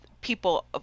people